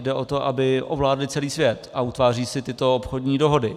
Jde o to, aby ovládly celý svět, a utváří si tyto obchodní dohody.